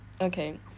Okay